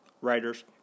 writers